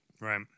Right